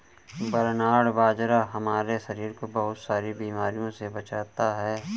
barnyard बाजरा हमारे शरीर को बहुत सारी बीमारियों से बचाता है